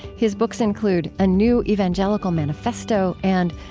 his books include a new evangelical manifesto and,